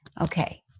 Okay